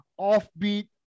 offbeat